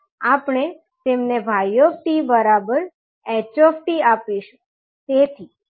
આપણે તમને 𝑦𝑡 ℎ𝑡 આપીશું